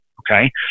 okay